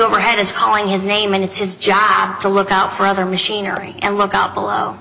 overhead is calling his name and it's his job to look out for other machinery and look up below